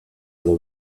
edo